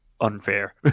unfair